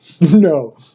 No